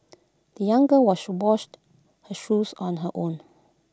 the young girl washed washed her shoes on her own